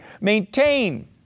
maintain